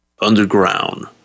Underground